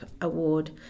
award